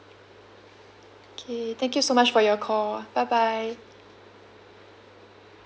okay thank you so much for your call bye bye